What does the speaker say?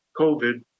COVID